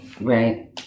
Right